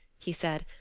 he said.